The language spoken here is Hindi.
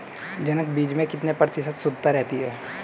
जनक बीज में कितने प्रतिशत शुद्धता रहती है?